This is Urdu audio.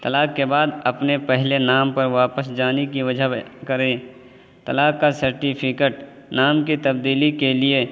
طلاق کے بعد اپنے پہلے نام پر واپس جانے کی وجہ بیان کریں طلاق کا سرٹیفیکیٹ نام کی تبدیلی کے لیے